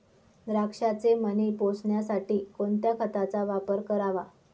द्राक्षाचे मणी पोसण्यासाठी कोणत्या खताचा वापर करावा?